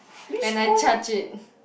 when I charge it